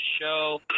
show